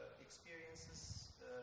experiences